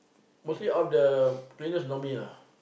mostly all the printers know me lah